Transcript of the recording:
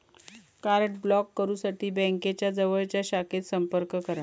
card block करुसाठी बँकेच्या जवळच्या शाखेत संपर्क करा